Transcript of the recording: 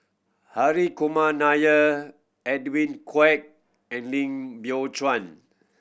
Hari Kumar Nair Edwin Koek and Lim Biow Chuan